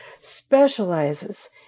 specializes